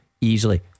Easily